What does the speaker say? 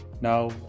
Now